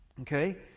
Okay